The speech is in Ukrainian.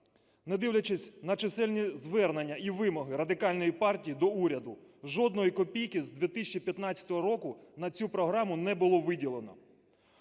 Не дивлячись на чисельні звернення і вимоги Радикальної партії до уряду, жодної копійки з 2015 року на цю програму не було виділено.